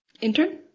intern